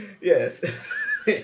Yes